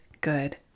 good